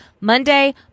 Monday